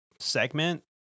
segment